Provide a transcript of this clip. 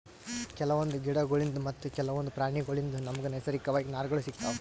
ಕೆಲವೊಂದ್ ಗಿಡಗೋಳ್ಳಿನ್ದ್ ಮತ್ತ್ ಕೆಲವೊಂದ್ ಪ್ರಾಣಿಗೋಳ್ಳಿನ್ದ್ ನಮ್ಗ್ ನೈಸರ್ಗಿಕವಾಗ್ ನಾರ್ಗಳ್ ಸಿಗತಾವ್